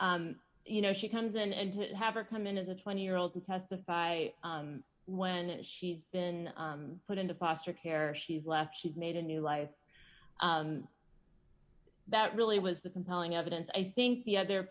you know she comes in and to have her come in as a twenty year old to testify when she's been put into foster care she's left she's made a new life that really was the compelling evidence i think the other